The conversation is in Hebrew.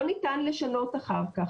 לא ניתן לשנות אחר כך.